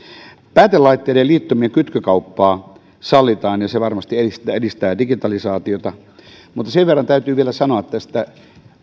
päätelaitteiden liittyminen kytkykauppaan sallitaan ja se varmasti edistää edistää digitalisaatiota mutta sen verran täytyy vielä sanoa tästä